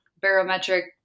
barometric